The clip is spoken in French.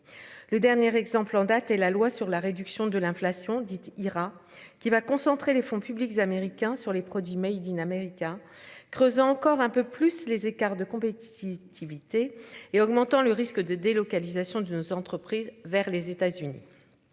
Le dernier exemple en date, et la loi sur la réduction de l'inflation dite ira qui va concentrer les fonds publics américains sur les produits Made in America, creusant encore un peu plus les écarts de compétitivité et augmentant le risque de délocalisation de nos entreprises vers les États-Unis.